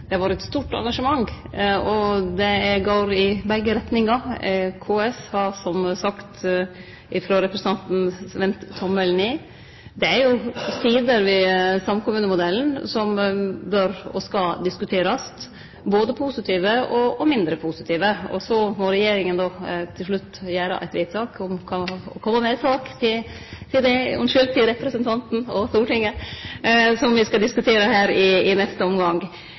Det har vore eit stort engasjement, og det går i begge retningar. KS har som sagt av representanten vendt tommelen ned. Det er jo sider ved samkommunemodellen som bør og skal diskuterast – både positive og mindre positive. Så må regjeringa til slutt gjere eit vedtak og kome med ei sak til representanten og til Stortinget som me skal diskutere her i neste omgang.